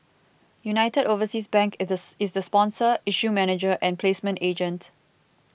United Overseas Bank is the sponsor issue manager and placement agent